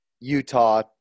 Utah